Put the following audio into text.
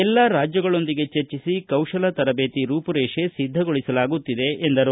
ಎಲ್ಲಾ ರಾಜ್ಯಗಳೊಂದಿಗೆ ಚರ್ಜಿಸಿ ಕೌಶಲ ತರಬೇತಿ ರೂಮರೇಷೆ ಸಿದ್ದಗೊಳಿಸಲಾಗುತ್ತಿದೆ ಎಂದರು